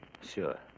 Sure